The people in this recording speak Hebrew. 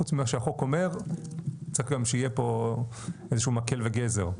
חוץ ממה שהחוק אומר צריך גם שיהיה פה איזשהו מקל וגזר.